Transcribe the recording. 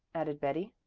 added betty.